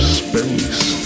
space